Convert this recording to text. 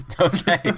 Okay